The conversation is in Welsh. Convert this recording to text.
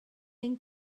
ein